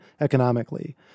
economically